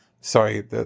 sorry